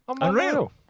Unreal